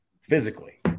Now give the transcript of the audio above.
physically